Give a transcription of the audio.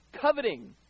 coveting